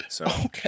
Okay